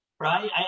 Right